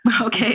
Okay